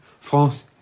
France